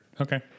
Okay